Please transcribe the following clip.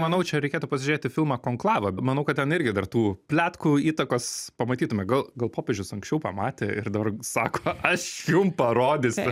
manau čia reikėtų pasižiūrėti filmą konklava manau kad ten irgi dar tų pletkų įtakos pamatytume gal gal popiežius anksčiau pamatė ir dabar sako aš jum parodysiu